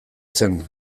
zen